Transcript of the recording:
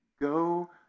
Go